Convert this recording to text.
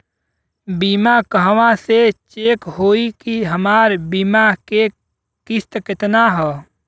बीमा कहवा से चेक होयी की हमार बीमा के किस्त केतना ह?